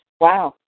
Wow